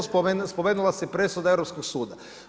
Spomenula se i presuda Europskog suda.